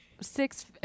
Six